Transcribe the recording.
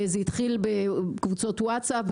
זה התחיל בקבוצות וואטסאפ,